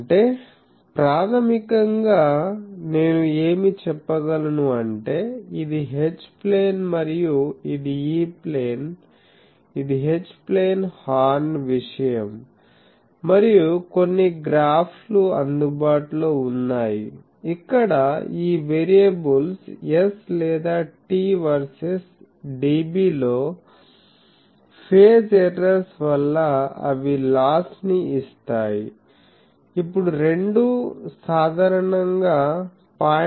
అంటే ప్రాథమికంగా నేను ఏమి చెప్పగలను అంటే ఇది H ప్లేన్ మరియు ఇది E ప్లేన్ ఇది H ప్లేన్ హార్న్ విషయం మరియు కొన్ని గ్రాఫ్లు అందుబాటులో ఉన్నాయి అక్కడ ఈ వేరియబుల్స్ s లేదా t వర్సెస్ డిబిలో ఫేజ్ ఎర్రర్స్ వల్ల అవి లాస్ ని ఇస్తాయి ఇప్పుడు రెండూ సాధారణంగా 0